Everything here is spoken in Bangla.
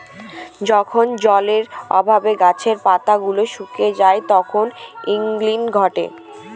যখন জলের অভাবে গাছের পাতা গুলো শুকিয়ে যায় তখন উইল্টিং ঘটে